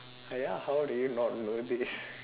ah ya how do you not know this